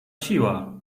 siła